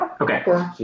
Okay